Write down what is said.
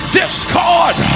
discord